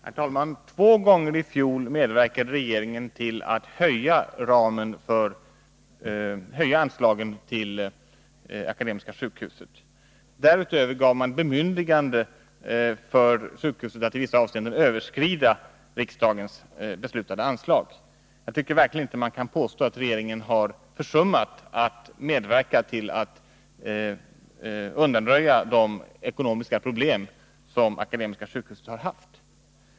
Herr talman! Två gånger i fjol medverkade regeringen till en höjning av anslagen till Akademiska sjukhuset. Därutöver gav man sjukhuset bemyndigande att i vissa avseenden överskrida det av riksdagen beslutade anslaget. Man kan verkligen inte påstå att regeringen har försummat att medverka till att undanröja de ekonomiska problem som Akademiska sjukhuset har haft.